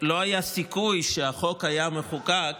לא היה סיכוי שהחוק היה מחוקק,